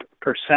percent